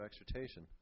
exhortation